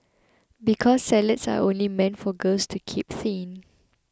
because salads are only meant for girls to keep thin